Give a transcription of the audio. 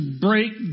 break